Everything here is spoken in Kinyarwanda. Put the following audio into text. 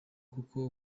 kuko